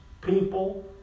people